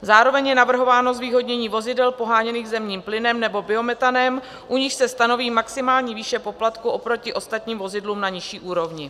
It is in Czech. Zároveň je navrhováno zvýhodnění vozidel poháněných zemním plynem nebo biometanem, u nichž se stanoví maximální výše poplatku oproti ostatním vozidlům na nižší úrovni.